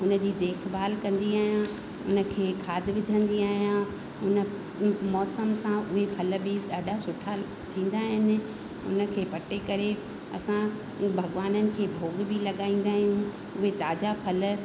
उनजी देखभालु कंदी आहियां उनखे खाद विझंदी आहियां उनमें मौसम सां उहे फल बि ॾाढा सुठा थींदा आहिनि उनखे पटे करे असां भॻवाननि खे भोॻ बि लॻाईंदा आहियूं